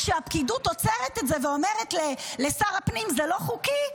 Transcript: כשהפקידות עוצרת את זה ואומרת לשר הפנים: זה לא חוקי,